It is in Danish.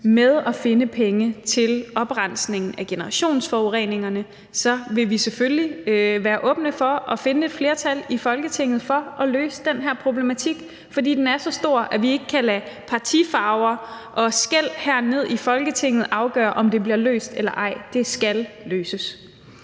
med at finde pengene til oprensning af generationsforureningerne i de forhandlinger, vi er i lige nu, så vil vi selvfølgelig være åbne over for at finde et flertal i Folketinget for at løse den her problematik, for den er så stor, at vi ikke kan lade partifarver og -skel hernede i Folketinget afgøre, om det bliver løst eller ej. Det skal løses.